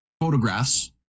photographs